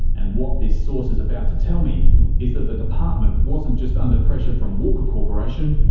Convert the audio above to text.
and what this source is about to tell me is that the department wasn't just under pressure from walker corporation,